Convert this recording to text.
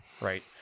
right